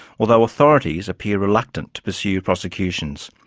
although authorities appear reluctant to pursue prosecutions.